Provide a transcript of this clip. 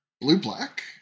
Blue-Black